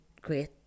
great